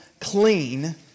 clean